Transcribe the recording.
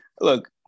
look